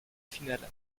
final